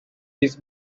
his